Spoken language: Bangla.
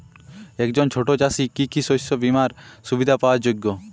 একজন ছোট চাষি কি কি শস্য বিমার সুবিধা পাওয়ার যোগ্য?